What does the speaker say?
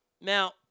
Now